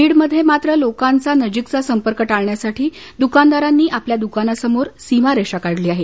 बीडमध्ये लोकांचा नजीकचा संपर्क टाळण्यासाठी द्कानदारांनी आपल्या द्कानासमोर सीमा रेषा काढली आहे